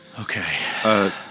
Okay